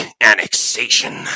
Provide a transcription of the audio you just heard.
annexation